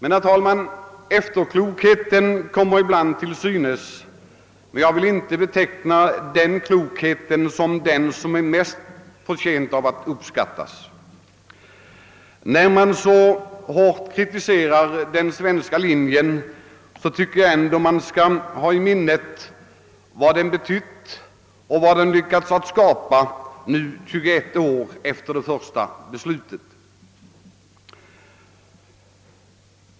Nu kommer det väl, herr talman, alltid till synes efterklokhet, men jag kan inte anse att den klokheten är mest förtjänt av uppskattning. När man nu så hårt kritiserar den svenska linjen skall man ha i minnet vad den betytt och vad som skapats under de 21 åren efter det första beslutet.